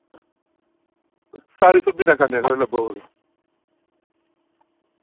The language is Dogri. सारी सुविधा कन्नै तुसें ई लब्भग